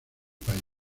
país